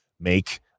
make